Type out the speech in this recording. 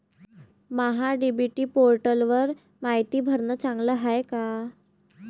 महा DBT पोर्टलवर मायती भरनं चांगलं हाये का?